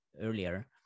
earlier